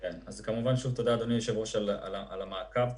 תודה רבה, אדוני היושב-ראש, על המעקב.